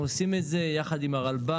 אנחנו עושים את זה יחד עם הרלב"ד.